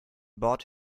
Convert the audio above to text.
bought